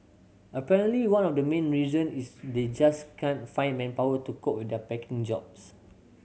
apparently one of the main reason is they just can't find manpower to cope with their packing jobs